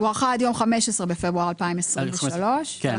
הוארכה עד יום 15 בפברואר 2023. כן,